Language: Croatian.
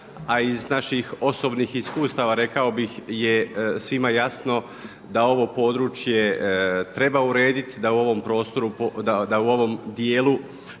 a iz naših sobnih iskustava rekao bih je svima jasno da ovo područje treba urediti, da u ovom dijelu